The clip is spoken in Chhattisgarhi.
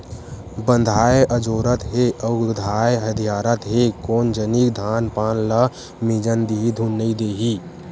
बंधाए अजोरत हे अउ धाय अधियारत हे कोन जनिक धान पान ल मिजन दिही धुन नइ देही